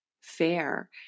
fair